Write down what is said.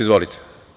Izvolite.